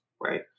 Right